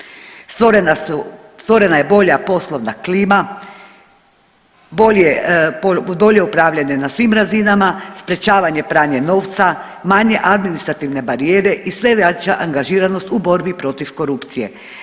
Stvorena su, stvorena je bolja poslovna klima, bolje, bolje upravljanje na svim razinama, sprječavanje pranja novca, manje administrativne barijere i sve jača angažiranost u borbi protiv korupcije.